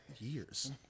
years